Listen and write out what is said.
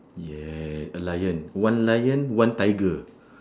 yeah a lion one lion one tiger